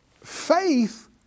Faith